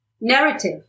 narrative